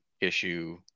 issue